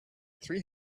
three